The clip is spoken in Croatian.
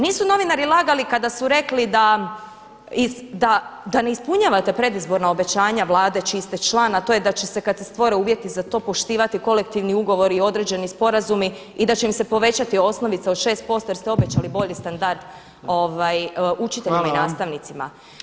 Nisu novinari lagali kada su rekli da ne ispunjavate predizborna obećanja Vlade čiji ste član a to je da će se kad se stvore uvjeti za to poštivati kolektivni ugovori i određeni sporazumi i da će im se povećati osnovica od 6% jer ste obećali bolji standard učiteljima i nastavnicima.